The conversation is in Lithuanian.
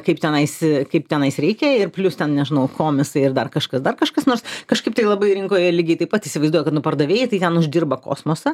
kaip tenais kaip tenais reikia ir plius ten nežinau komisai ir dar kažkas dar kažkas nors kažkaip tai labai rinkoje lygiai taip pat įsivaizduoja kad nu pardavėjai tai ten uždirba kosmosą